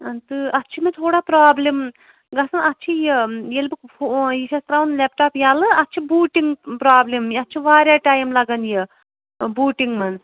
تہٕ اَتھ چھُ مےٚ تھوڑا پرٛابلِم گژھان اَتھ چھِ یہِ ییٚلہِ بہٕ یہِ چھَس ترٛاوَان لیپٹاپ یَلہٕ اَتھ چھِ بوٗٹِنٛگ پرٛابلِم یَتھ چھُ واریاہ ٹایم لَگَان یہِ بوٗٹِنٛگ منٛز